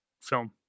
film